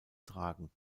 tragen